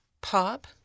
Pop